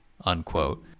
unquote